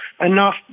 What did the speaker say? enough